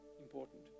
important